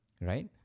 Right